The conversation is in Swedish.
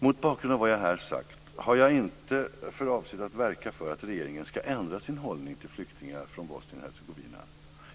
Mot bakgrund av vad jag här sagt har jag inte för avsikt att verka för att regeringen ska ändra sin hållning till flyktingar från Bosnien-Hercegovina.